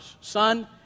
Son